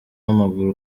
w’amaguru